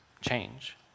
change